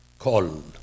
call